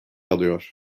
alıyor